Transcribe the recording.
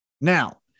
Now